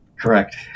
Correct